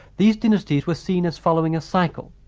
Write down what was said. these dynasties were seen as following a cycle,